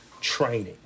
training